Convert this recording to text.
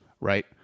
right